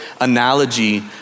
analogy